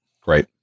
Great